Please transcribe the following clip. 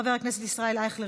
חבר הכנסת ישראל אייכלר,